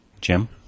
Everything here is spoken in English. Jim